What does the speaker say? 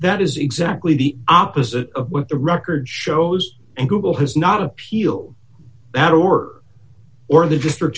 that is exactly the opposite of what the record shows and google has not appeal that or or the district